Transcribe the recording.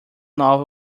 novel